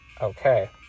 Okay